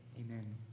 Amen